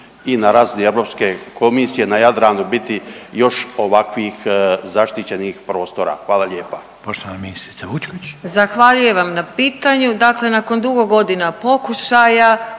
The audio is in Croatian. i na razini Europske komisije na Jadranu biti još ovakvih zaštićenih prostora? Hvala lijepa.